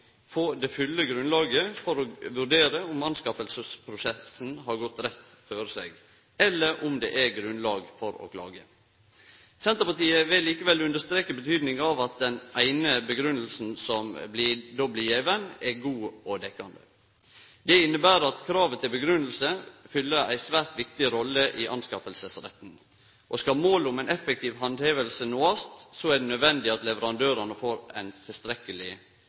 få det fulle grunnlaget for å vurdere om innkjøpsprosessen har gått rett føre seg, eller om det er grunnlag for å klage. Senterpartiet vil likevel understreke betydinga av at den eine grunngjevinga som då blir gjeven, skal vere god og dekkjande. Det inneber at kravet til grunngjeving fyller ei svært viktig rolle i innkjøpsretten, og skal ein nå målet om effektiv handheving, er det nødvendig at leverandørane får ei tilstrekkeleg